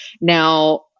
Now